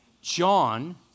John